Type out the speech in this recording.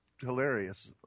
hilarious